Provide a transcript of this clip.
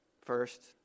first